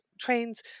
trains